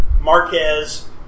Marquez